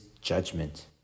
judgment